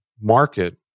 market